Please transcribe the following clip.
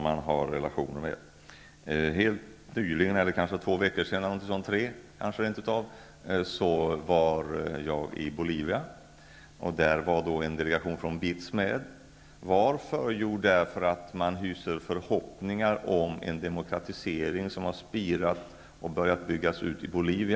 För två eller tre veckor sedan var jag i Bolivia, och där var en delegation från BITS med. Varför? Jo, därför att man hyser förhoppningar om en demokratisering som har spirat och börjat byggas ut i Bolvia.